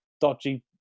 dodgy